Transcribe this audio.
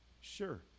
Sure